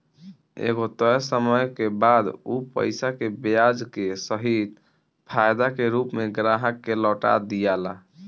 एगो तय समय के बाद उ पईसा के ब्याज के सहित फायदा के रूप में ग्राहक के लौटा दियाला